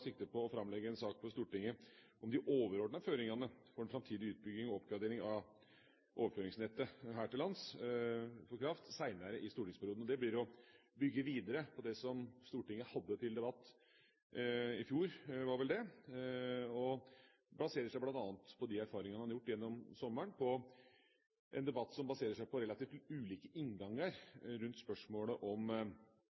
sikte på å framlegge en sak for Stortinget om de overordnede føringene for framtidig utbygging og oppgradering av overføringsnettet for kraft her til lands senere i stortingsperioden. Det blir å bygge videre på det som Stortinget hadde til debatt i fjor, var vel det, og baserer seg bl.a. på de erfaringene man har gjort gjennom sommeren. Det blir en debatt som baserer seg på relativt ulike